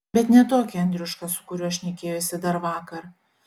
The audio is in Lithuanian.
bet ne tokį andriušką su kuriuo šnekėjosi dar vakar